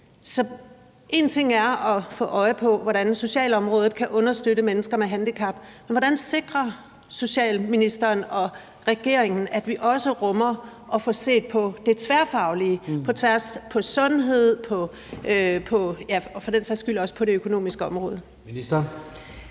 Så én ting er at få øje på, hvordan socialområdet kan understøtte mennesker med handicap, men hvordan sikrer socialministeren og regeringen, at vi også rummer at få set på det tværfaglige på tværs af sundhed og for den sags skyld også det økonomiske område? Kl.